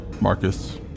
Marcus